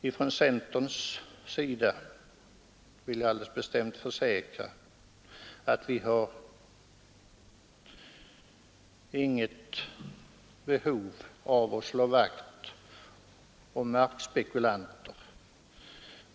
Ifrån centerns sida vill vi alldeles bestämt försäkra att vi inte har något behov av att slå vakt om markspekulanter.